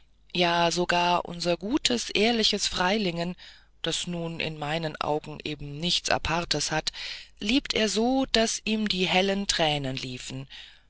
ja sogar unser gutes ehrliches freilingen das nun in meinen augen eben nichts apartes hat liebt er so daß ihm die hellen tränen liefen